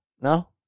no